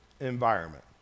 environment